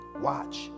Watch